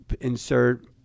insert